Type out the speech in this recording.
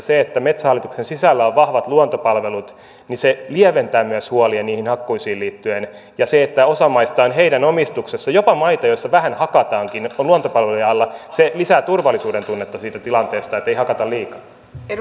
se että metsähallituksen sisällä on vahva luontopalvelut lieventää myös huolia niihin hakkuisiin liittyen ja se että osa maista on heidän omistuksessaan jopa maita joissa vähän hakataankin on luontopalveluiden alla se lisää turvallisuudentunnetta siitä tilanteesta että ei hakata liikaa